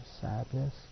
sadness